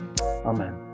amen